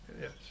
Yes